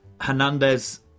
Hernandez